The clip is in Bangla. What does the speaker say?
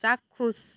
চাক্ষুষ